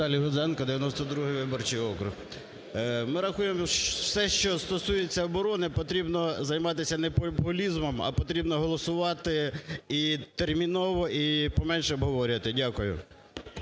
Ми рахуємо, все, що стосується оборони, потрібно займатися не популізмом, а потрібно голосувати і терміново і поменше обговорювати. Дякую.